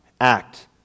act